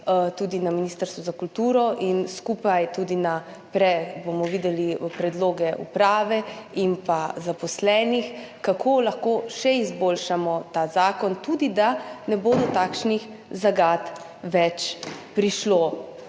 tudi na Ministrstvu za kulturo in skupaj bomo videli predloge uprave in zaposlenih, kako lahko še izboljšamo ta zakon, tudi da do takšnih zagat ne bo več prišlo.